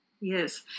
Yes